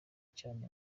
cyane